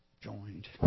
joined